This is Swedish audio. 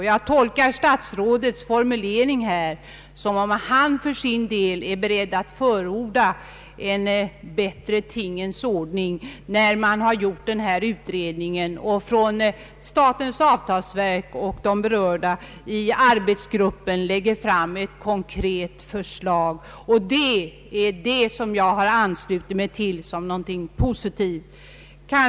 Jag tolkar statsrådets formulering så att han för sin del är beredd att förorda en bättre tingens ordning när man har gjort denna utredning och när statens avtalsverk och de berörda i arbetsgruppen lägger fram ett konkret förslag. Det är detta som jag har anslutit mig till som något positivt.